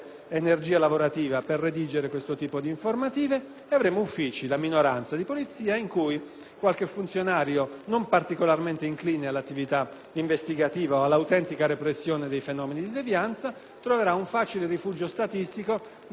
qualche funzionario non particolarmente incline all'attività investigativa o all'autentica repressione dei fenomeni di devianza troverà un facile rifugio statistico nella redazione di decine e decine di queste ridicole informative, per questo ridicolo e inutile